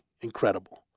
incredible